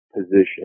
position